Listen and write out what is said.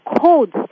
codes